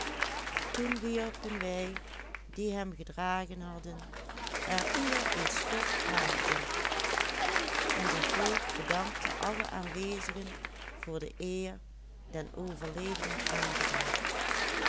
en de voogd bedankte alle aanwezigen voor de eer den overledene aangedaan